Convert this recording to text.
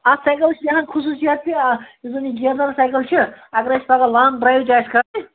اَتھ سایکَلَس چھِ یہِ ہَن خصوٗصیت کہِ آ یُس زَن یہِ گیرٕ دار سایکل چھُ اگر اَسہِ پگاہ لانٛگ ڈرٛایِو تہِ آسہِ کَرُن